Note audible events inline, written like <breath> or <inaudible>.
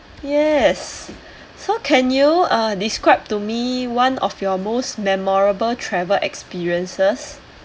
yes <breath> so can you uh describe to me one of your memorable travel experiences